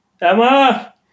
Emma